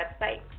website